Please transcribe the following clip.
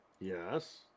Yes